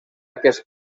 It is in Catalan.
aquest